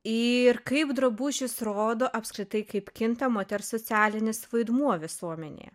ir kaip drabužis rodo apskritai kaip kinta moters socialinis vaidmuo visuomenėje